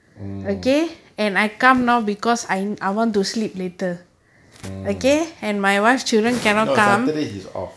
mm mm no saturday he is off